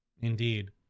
Indeed